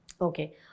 Okay